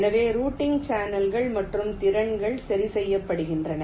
எனவே ரூட்டிங் சேனல்கள் மற்றும் திறன்கள் சரி செய்யப்படுகின்றன